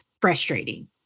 frustrating